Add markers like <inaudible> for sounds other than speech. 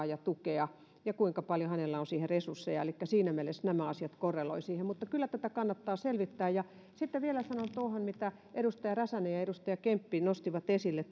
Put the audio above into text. <unintelligible> ja tukea ja kuinka paljon hänellä on siihen resursseja elikkä siinä mielessä nämä asiat korreloivat siihen mutta kyllä tätä kannattaa selvittää sitten vielä sanon tuohon mitä edustaja räsänen ja edustaja kemppi nostivat esille <unintelligible>